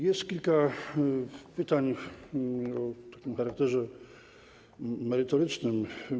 Jest kilka pytań o charakterze merytorycznym.